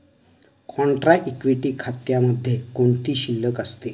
Contra equity खात्यामध्ये कोणती शिल्लक असते?